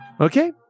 Okay